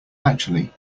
actually